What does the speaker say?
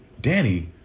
Danny